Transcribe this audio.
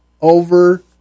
over